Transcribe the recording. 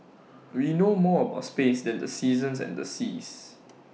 we know more about space than the seasons and the seas